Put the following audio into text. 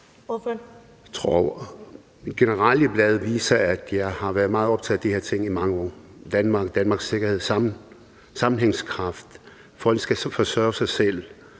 mit generalieblad viser, at jeg har været meget optaget af de her ting i mange år – Danmark og Danmarks sikkerhed, sammenhængskraft, at folk skal forsørge sig selv